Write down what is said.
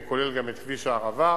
הוא כולל גם את כביש הערבה.